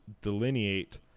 delineate